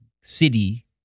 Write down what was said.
city